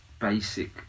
basic